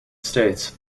states